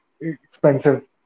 expensive